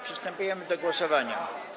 Przystępujemy do głosowania.